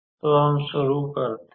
तो हम शुरू करते हैं